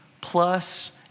plus